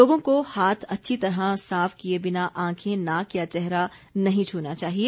लोगों को हाथ अच्छी तरह साफ किए बिना आखें नाक या चेहरा नहीं छूना चाहिए